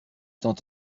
tant